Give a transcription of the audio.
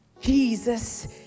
Jesus